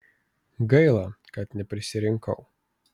gaila kad neprisirinkau